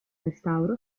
restauro